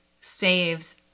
saves